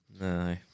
No